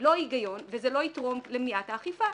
לא היגיון, וזה לא יתרום למניעת האכיפה.